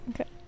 Okay